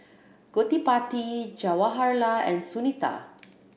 Gottipati Jawaharlal and Sunita